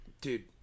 Dude